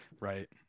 right